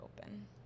open